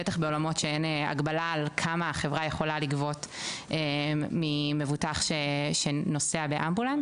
בטח בעולמות שאין הגבלה כמה החברה יכולה לגבות ממבוטח שנוסע באמבולנס.